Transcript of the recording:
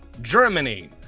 Germany